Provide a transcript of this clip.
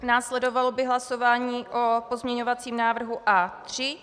Následovalo by hlasování o pozměňovacím návrhu A3.